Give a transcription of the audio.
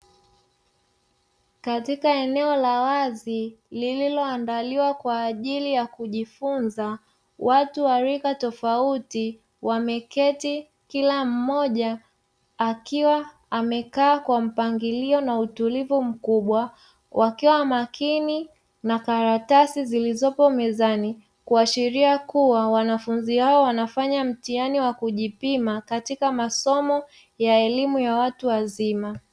Katika eneo la wazi lo andaliwa kwa ajili ya kujifunza, watu wa rika tofauti wameketi kila mmoja akiwa amekaa kwa mpangilio na utulivu mkubwa, wakiwa makini na karatasi zilizopo mezani, kuashiria kuwa wanafunzi hao wanafanya mtihani wa kujipima katika masomo ya elimu ya watu wazima.